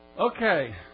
Okay